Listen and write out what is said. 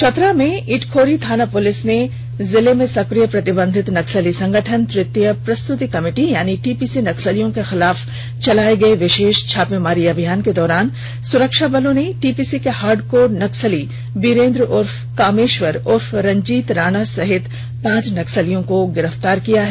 चतरा में इटखोरी थाना पुलिस ने जिले में सक्रिय प्रतिबंधित नक्सली संगठन तृतीय प्रस्त्रति कमिटी यानि टीपीसी नक्सलियों के खिलाफ चलाए गये विशेष छापेमारी अभियान के दौरान सुरक्षाबलों ने टीपीसी के हार्डकोर नक्सली बीरेंद्र उर्फ कामेश्वर उर्फ रंजीत राणा समेत पांच नक्सलियों को गिरफ्तार किया है